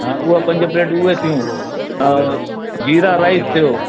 हा उहा पंज प्लेट उहे थियूं ऐं जीरा राइस थियो